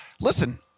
listen